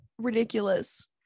ridiculous